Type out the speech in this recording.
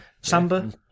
Samba